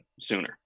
sooner